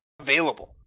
available